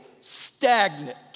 stagnant